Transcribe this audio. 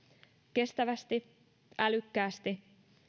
kestävästi älykkäästi